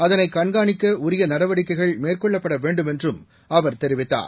அதனை கண்காணிக்க உரிய நடவடிக்கைகள் மேற்கொள்ளப்பட வேண்டும் என்றும் அவர் தெரிவித்தார்